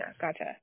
Gotcha